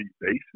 basis